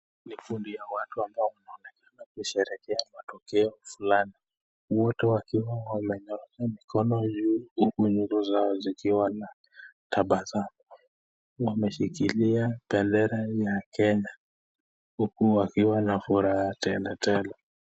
Ni kundi la watu ambao wanaonekana wakisherehekea matokeo fulani. Wote wakiwa wamenyorosha mikono juu huku nyuso zao zikiwa na tabasamu. Wameshikilia bendera ya Kenya, huku wakiwa na furaha tele tele.